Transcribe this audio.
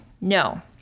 no